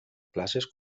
places